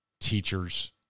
teachers